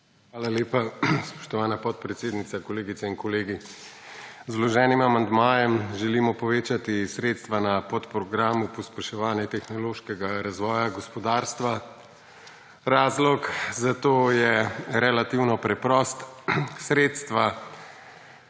Hvala lepa, spoštovana podpredsednica. Kolegice in kolegi! Z vloženim amandmajem želimo povečati sredstva na podprogramu Pospeševanje tehnološkega razvoja gospodarstva. Razlog za to je relativno preprost. Sredstva